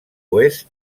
oest